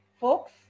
folks